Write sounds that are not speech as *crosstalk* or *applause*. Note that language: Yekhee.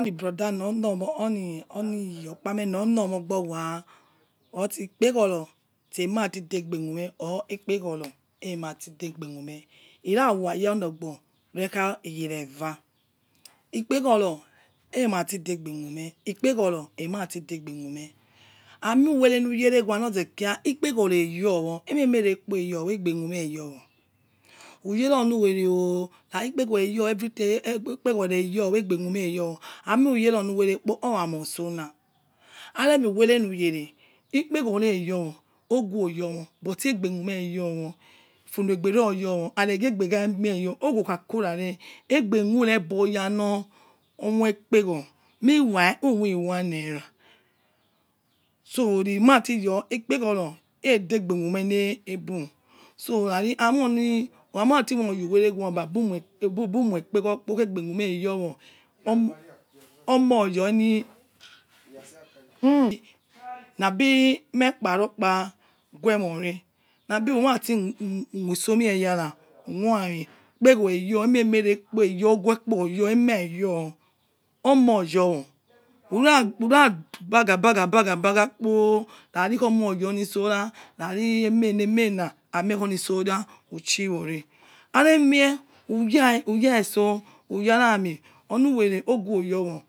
Oni boothes me oni iyokpa mie olomie ogboghua ome chi ekpeghoro omati degbe khueme ikpeghoro emati degbe khueme ira rewa ye olemo yo'ughe ra leva ekpeghoro emati degbe khueme, ekpeghoro emati degbe khueme. Uwele luyele ghua lokira ekpeghoro eyowo eureene rekpo aiyowo aigbe khueme yowo uyere olu wele aimie khu yele olu wele kpo owa mo useh na. Dire miviwele luyere ekpeghoro yowo oghuel yowo but aigbe khueme oyowo, fulegba oyowo, aireghe be oyowo, ogho kha kura re aigbr khure boroya la moi ekpeghoro meanwhile univi one naira. *hesitation* So emati yo ikpeghoro aidegbe khueme lebu so amoi wati ye uwele ghua ebumoi kpeghoro kpo ebe khueme oyowo omoyomi labi ure kpa rokpa ghu more labi umati khu ' isomi eyara ukhuamin oghue yo, eureme rekpo, ekpeghoro yo, omo yowo ura! Ura nagha! Bagha!! Bagha!!! Kpo khaici omo yoli sora khaci ememena aimie oli! Iso rah uchi wori arimie uyi iso uyara amin